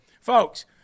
Folks